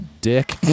dick